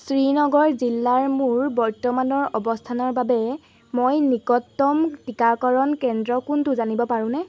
শ্ৰীনগৰ জিলাৰ মোৰ বৰ্তমানৰ অৱস্থানৰ বাবে মই নিকটতম টিকাকৰণ কেন্দ্ৰ কোনটো জানিব পাৰোঁনে